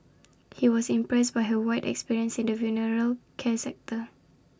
he was impressed by her wide experience in the funeral care sector